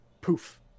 Poof